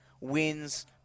wins